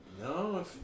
No